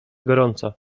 gorąca